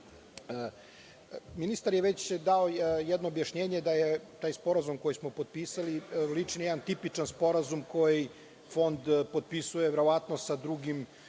Ministar je već dao jedno objašnjenje da taj sporazum koji smo potpisali liči na jedan tipičan sporazum koji Fond potpisuje verovatno sa drugim